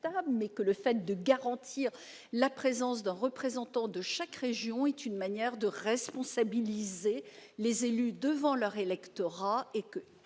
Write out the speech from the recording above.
mais j'estime que garantir la présence d'un représentant de chaque région est une manière de responsabiliser les élus devant leur électorat.